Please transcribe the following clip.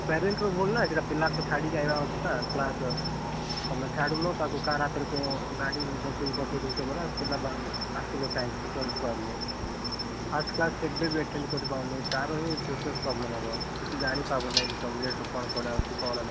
ପେରେଣ୍ଟର ଭୁଲ୍ ନା ସେଟା ପିଲାକୁ ଛାଡ଼ିକି ଆଇବାର ଅଛିନା କ୍ଲାସ୍ ରେ ତମେ ଛାଡ଼ୁନ ତାକୁ କାହାର ହାତରେ କୋଉ ଗାଡ଼ିରେ ବସେଇକି ପଠେଇଦେଉଛ ପରା ପିଲା ଆସିଲେ ଟାଇମ୍ ସେ ପହଞ୍ଚିପାରୁନି ଫାର୍ଷ୍ଟ କ୍ଲାସ୍ କେବେବି ଏଟେଣ୍ଡ କରିପାରୁନି ତା'ର ହିଁ ଫିଉଚର୍ ପ୍ରୋବ୍ଲେମ୍ ହେବ କିଛି ଜାଣିପାରିବନାହିଁ ସବଜେକ୍ଟରୁ କଣ ପଢ଼ାହେଉଛି କଣ ନାଇ